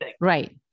Right